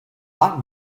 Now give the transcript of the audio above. back